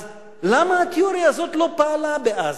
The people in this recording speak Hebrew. אז למה התיאוריה הזאת לא פעלה בעזה?